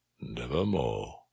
nevermore